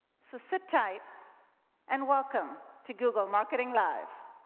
so sit tight and welcome to google marketing live.